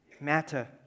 matter